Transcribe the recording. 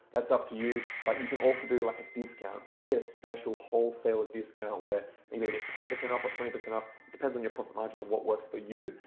that's up to you but you can also do like a discount. so they get a special wholesale discount where they they get ten percent off or twenty percent off. it depends on you profit margin and what works for you.